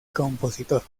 compositor